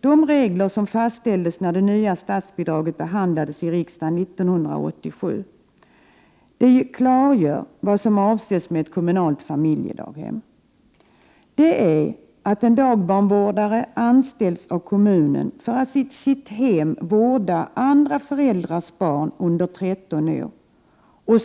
De regler som fastställdes när det nya statsbidraget behandlades i riksdagen 1987 klargör vad som avses med ett kommunalt familjedaghem: en dagbarnvårdare anställs av kommunen för att i sitt hem vårda andra föräldrars barn under 13 års ålder.